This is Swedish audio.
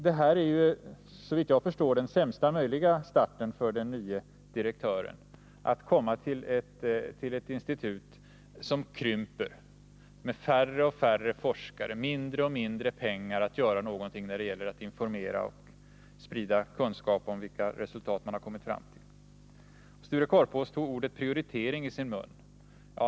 Detta är, såvitt jag förstår, sämsta möjliga start för den nye direktören: att komma till ett institut som krymper, med färre och färre forskare, mindre och mindre pengar för att göra någonting när det gäller att informera och sprida kunskap om vilka resultat man kommit fram till. Sture Korpås tog ordet prioritering i sin mun.